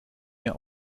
mehr